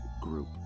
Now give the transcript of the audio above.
Group